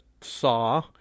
saw